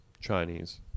Chinese